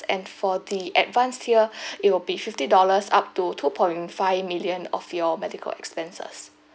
and for the advanced tier it will be fifty dollars up to two point five million of your medical expenses